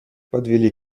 подвели